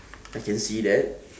I can see that